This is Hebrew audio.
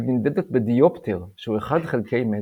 ונמדדת בדיופטר, שהוא אחד חלקי מטר.